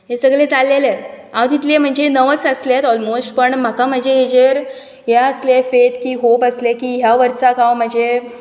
हें सगलें जालेलेंत हांव तितलें म्हणजे नर्वस आसलेंत ऑलमोश्ट पण म्हाका म्हजे हाजेर हें आसलें फेथ की होप आसलें की ह्या वर्साक हांव म्हजें